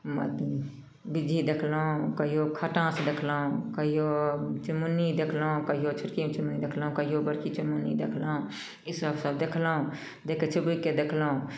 बिज्जी देखलहुँ कहिओ खटाँस देखलहुँ कहिओ चुनमुनी देखलहुँ कहिओ छोटकी चुनमुनी देखलहुँ कहिओ बड़की चुनमुनी देखलहुँ ईसब सब देखलहुँ देखिके छुपकिके देखलहुँ